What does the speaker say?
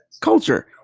Culture